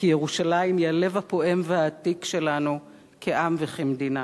כי ירושלים היא הלב הפועם והעתיק שלנו כעם וכמדינה.